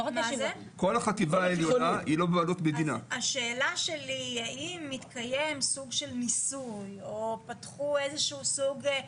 אז השאלה שלי היא אם מתקיים סוג של ניסוי או פתחו איזשהו סוג ,